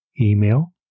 email